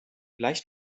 leicht